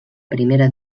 primera